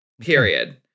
Period